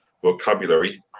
vocabulary